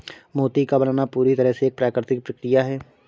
मोती का बनना पूरी तरह से एक प्राकृतिक प्रकिया है